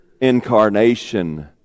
incarnation